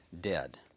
dead